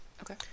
Okay